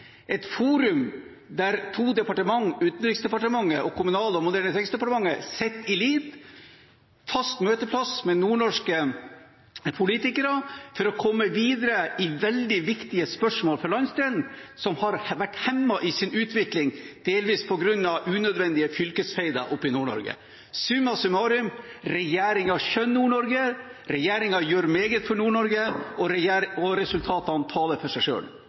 et forum der to departementer, Utenriksdepartementet og Kommunal- og moderniseringsdepartementet, setter ut i livet en fast møteplass med nordnorske politikere for å komme videre i veldig viktige spørsmål for landsdelen, som har vært hemmet i sin utvikling, delvis på grunn av unødvendige fylkesfeider i Nord-Norge. Summa summarum: Regjeringen skjønner Nord-Norge, regjeringen gjør meget for